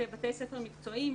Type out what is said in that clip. יש בתי ספר מקצועיים,